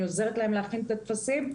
אני עוזרת להם להכין את הטפסים.